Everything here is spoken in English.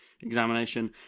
examination